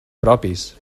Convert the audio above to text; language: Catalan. propis